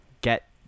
get